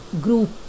group